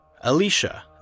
Alicia